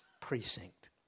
precinct